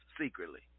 secretly